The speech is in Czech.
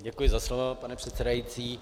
Děkuji za slovo, pane předsedající.